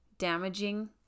damaging